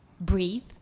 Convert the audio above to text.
breathe